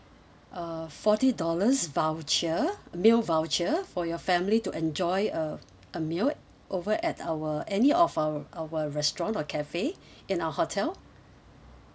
uh forty dollars voucher meal voucher for your family to enjoy a a meal over at our any of our our restaurant or cafe in our hotel